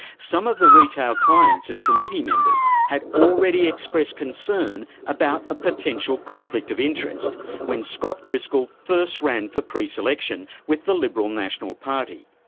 some of the retail clients and committee members had already expressed concern about a potential conflict of interest when scott driscoll first ran for pre-selection with the liberal national party.